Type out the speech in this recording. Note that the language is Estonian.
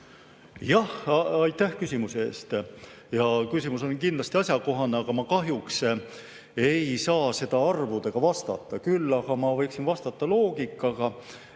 Aitäh küsimuse eest! Küsimus on kindlasti asjakohane, aga ma kahjuks ei saa sellele arvudega vastata. Küll aga võiksin vastata loogikaga: